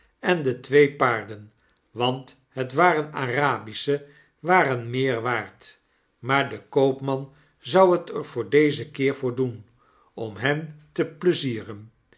en de twee paarden want het waren arabische waren meer waard maar de koopman zou het er voor dezen keer voor doen om hen tepleizieren